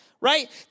Right